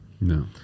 No